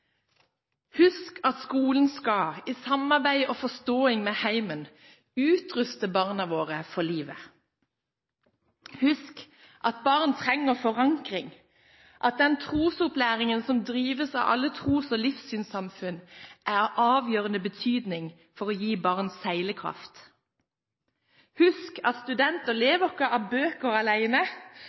Husk at skolen skal, i samarbeid og forståelse med heimen, utruste barna våre for livet. Husk at barn trenger forankring, at den trosopplæringen som drives av alle tros- og livssynssamfunn, er av avgjørende betydning for å gi barn seilekraft. Husk at studenter lever ikke av bøker